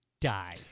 die